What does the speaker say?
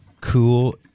cool